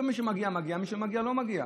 למי שמגיע, מגיע, למי שלא מגיע, לא מגיע.